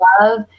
love